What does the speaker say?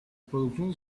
producción